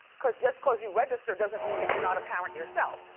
cause just cause you register, doesn't mean that you're not a parent yourself,